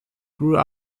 grew